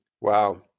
Wow